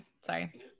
sorry